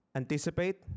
anticipate